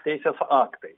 teisės aktai